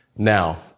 Now